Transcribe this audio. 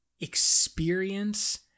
experience